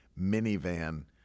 minivan